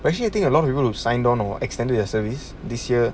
but actually I think a lot of people who've signed on or extended their service this year